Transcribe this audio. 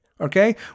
okay